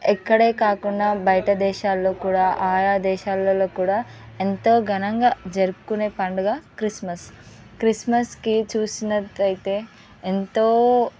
ఇక్కడే కాకుండా బయట దేశాల్లో కూడా ఆయా దేశాలలో కూడా ఎంతో ఘనంగా జరుపుకునే పండుగ క్రిస్మస్ క్రిస్మస్కి చూసినట్లయితే ఎంతో